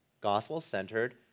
gospel-centered